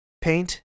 paint